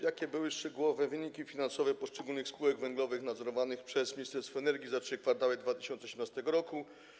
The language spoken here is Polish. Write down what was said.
Jakie były szczegółowe wyniki finansowe poszczególnych spółek węglowych nadzorowanych przez Ministerstwo Energii za 3 kwartały 2017 r.